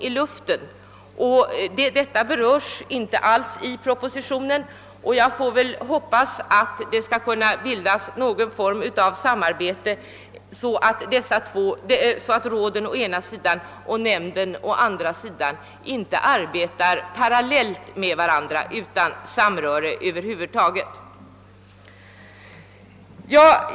Den saken berörs inte alls i propositionen. Jag hoppas emellertid att det skall kunna etableras någon form av samarbete mellan råden å ena sidan och nämnden å andra sidan, så att de inte arbetar parallellt med varandra utan någon som helst samverkan.